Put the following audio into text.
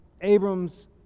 Abram's